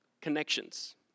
connections